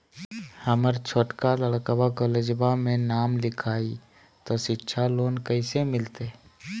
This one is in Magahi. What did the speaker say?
हमर छोटका लड़कवा कोलेजवा मे नाम लिखाई, तो सिच्छा लोन कैसे मिलते?